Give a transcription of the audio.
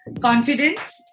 confidence